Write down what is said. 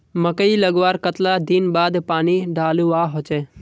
मकई लगवार कतला दिन बाद पानी डालुवा होचे?